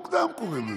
אה, הכול כבר בראשונה?